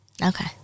Okay